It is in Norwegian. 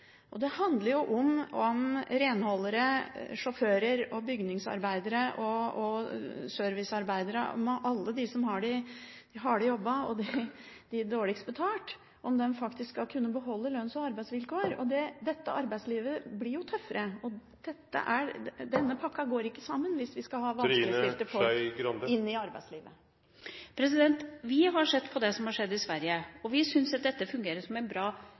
Det handler jo om at renholdere, sjåfører, bygningsarbeidere, servicearbeidere, alle de som har de harde jobbene, og som er dårligst betalt, faktisk skal kunne beholde lønns- og arbeidsvilkår. Dette arbeidslivet blir jo tøffere, og denne pakka går ikke sammen hvis vi skal få vanskeligstilte folk inn i arbeidslivet. Vi har sett på det som har skjedd i Sverige, og vi syns at dette fungerer som en bra